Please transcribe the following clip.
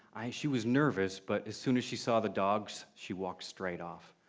she was nervous, but as soon as she saw the dogs, she walked straight off.